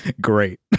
great